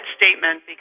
statement